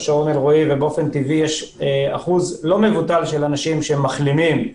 באופן טבעי יש אחוז לא מבוטל של אנשים מחלימים,